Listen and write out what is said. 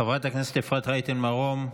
חברת הכנסת אפרת רייטן מרום,